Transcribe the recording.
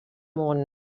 món